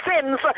sins